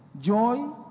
Joy